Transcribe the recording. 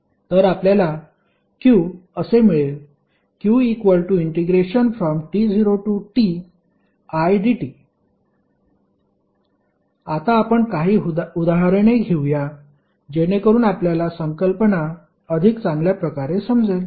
तर आपल्याला Q असे मिळेल Q≜t0tidt आता आपण काही उदाहरणे घेऊया जेणेकरुन आपल्याला संकल्पना अधिक चांगल्या प्रकारे समजेल